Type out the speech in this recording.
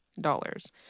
dollars